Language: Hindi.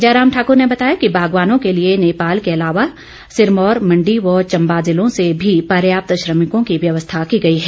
जयराम ठाकुर ने बताया कि बागवानों के लिए नेपाल के अलावा सिरमौर मंडी व चंबा जिलों से भी पर्याप्त श्रमिकों की व्यवस्था की गई है